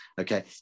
Okay